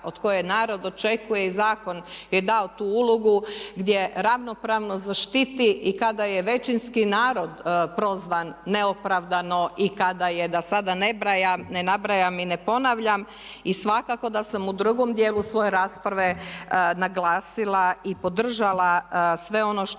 od koje narod očekuje i zakon je dao tu ulogu gdje ravnopravno zaštiti i kada je većinski narod prozvan neopravdano i kada je da sada ne nabrajam i ne ponavljam. I svakako da sam u drugom djelu svoje rasprave naglasila i podržala sve ono što